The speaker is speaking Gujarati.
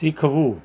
શીખવું